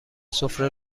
سفره